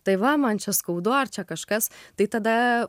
tai va man čia skaudu ar čia kažkas tai tada